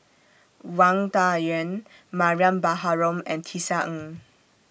Wang Dayuan Mariam Baharom and Tisa Ng